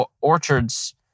orchards